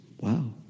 Wow